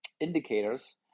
indicators